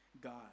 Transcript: God